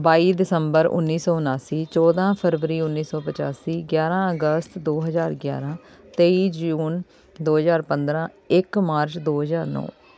ਬਾਈ ਦਸੰਬਰ ਉੱਨੀ ਸੌ ਉਨਾਸੀ ਚੌਦਾਂ ਫ਼ਰਵਰੀ ਉੱਨੀ ਸੌ ਪਚਾਸੀ ਗਿਆਰਾਂ ਅਗਸਤ ਦੋ ਹਜ਼ਾਰ ਗਿਆਰਾਂ ਤੇਈ ਜੂਨ ਦੋ ਹਜ਼ਾਰ ਪੰਦਰਾਂ ਇੱਕ ਮਾਰਚ ਦੋ ਹਜਾਰ ਨੌ